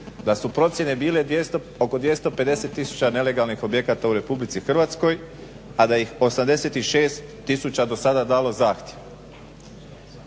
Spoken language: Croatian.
da su procjene bile oko 250 tisuća nelegalnih objekata u Republici Hrvatskoj, a da ih 86 tisuća do sada dalo zahtjev,